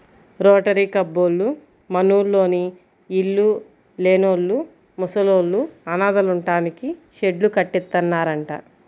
rotary కబ్బోళ్ళు మనూర్లోని ఇళ్ళు లేనోళ్ళు, ముసలోళ్ళు, అనాథలుంటానికి షెడ్డు కట్టిత్తన్నారంట